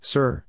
Sir